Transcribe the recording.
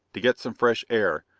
to get some fresh air,